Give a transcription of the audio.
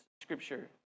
scripture